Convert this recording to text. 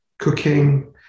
Cooking